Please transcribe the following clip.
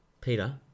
Peter